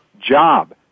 job